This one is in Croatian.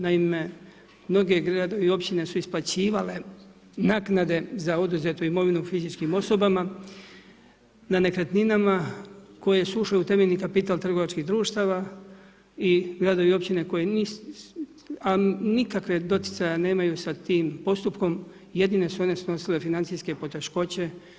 Naime, mnogi gradovi, općine, su isplaćivale naknade za oduzetu imovinu fizičkim osobama nad nekretninama koje su ušle u temeljni kapital trgovačkih društava i gradovi i općine koji nikakvog doticaja nemaju sa tim postupkom, jedino su one snosile financijske poteškoće.